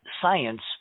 science